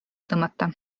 tõmmata